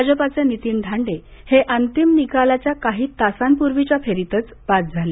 भाजपचे नितीन धांडे हे अंतिम निकालाच्या काही तासापूर्वीच्या फेरीतच बाद झाले